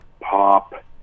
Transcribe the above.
pop